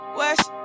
west